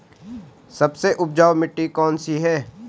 सबसे उपजाऊ मिट्टी कौन सी है?